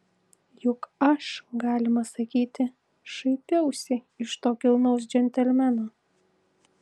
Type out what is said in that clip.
juk aš galima sakyti šaipiausi iš to kilnaus džentelmeno